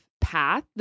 path